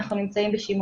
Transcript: אנחנו נמצאים בשימוש.